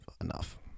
enough